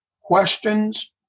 questions